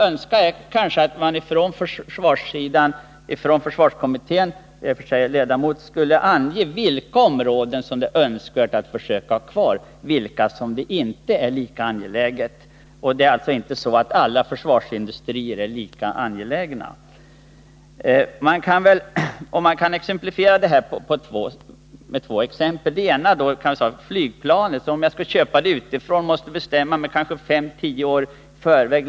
Önskvärt är att man från försvarssidan — kanske i försvarskommittén, där jag är ledamot — kunde ange vilka områden som det är önskvärt att vi försöker ha kvar och vilka som inte är lika angelägna. Det är alltså inte så att alla försvarsindustrier är lika angelägna. Man kan här ta två exempel. Det ena gäller flygplanet. Om vi skall köpa det utifrån måste vi bestämma oss fem eller tio år i förväg.